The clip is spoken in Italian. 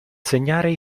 segnare